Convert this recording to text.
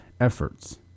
efforts